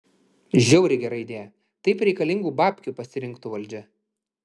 žiauriai gera idėja taip reikalingų babkių pasirinktų valdžia